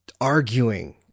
arguing